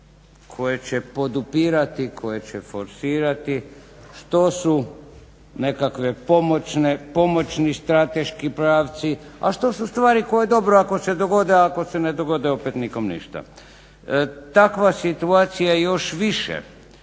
koje će podupirati, koje će forsirati, što su nekakvi pomoćni strateški pravci, a što su ustvari koje dobro ako se dogode, a ako se ne dogode opet nikom ništa. Takva situacija još više